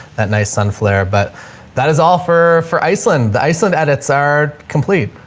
that nice sun flare. but that is all for, for iceland. the iceland edits are complete,